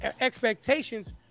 expectations